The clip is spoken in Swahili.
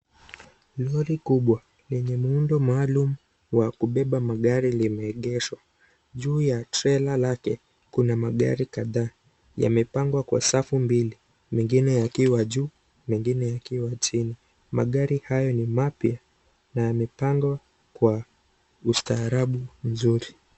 Lori kubwa lenye muundo maalum wa kubeba magari limeegeshwa juu ya trela lake. Kuna magari kadhaa yamepangwa kwa safu mbili mengine yakiwa juu mengine yakiwa chini. Magari haya ni yapya na yamepangwa kwa ustaarabu mzuri.